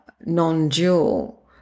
non-dual